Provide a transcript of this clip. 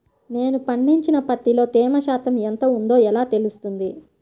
నేను పండించిన పత్తిలో తేమ శాతం ఎంత ఉందో ఎలా తెలుస్తుంది?